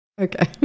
Okay